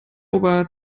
ober